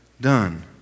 done